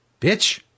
bitch